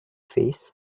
face